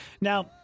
Now